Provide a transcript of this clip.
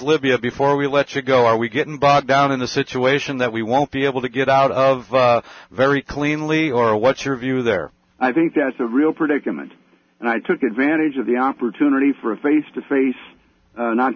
libya before we let you go are we getting bogged down in a situation that we won't be able to get out of very cleanly or what's your view there i think that's a real predicament and i took advantage of the opportunity for a face to face